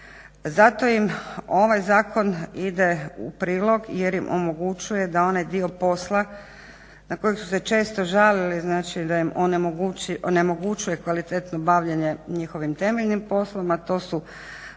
Zato im ovaj zakon ide u prilog, jer im omogućuje da onaj dio posla na koji su se često žalili, znači da im onemogućuje kvalitetno bavljenje njihovim temeljnim poslom, a to su